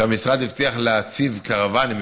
שהמשרד הבטיח להציב קרוואנים,